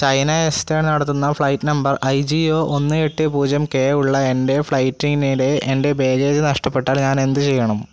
China eastern നടത്തുന്ന flight number I G O ഒന്ന് എട്ട് പൂജ്യം കെ ഉള്ള എൻ്റെ ഫ്ലൈറ്റിനിടെ എൻ്റെ ബാഗേജ് നഷ്ടപ്പെട്ടാൽ ഞാൻ എന്തു ചെയ്യണം